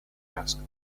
asked